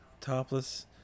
topless